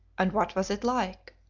and what was it like?